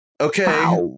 Okay